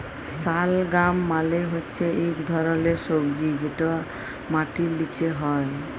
শালগাম মালে হচ্যে ইক ধরলের সবজি যেটা মাটির লিচে হ্যয়